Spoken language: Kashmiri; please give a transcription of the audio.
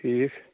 ٹھیٖک